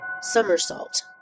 somersault